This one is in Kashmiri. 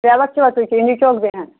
پرٛیویٹ چھِوا تُہۍ کِلنک چھُوا بیٚہن